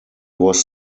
was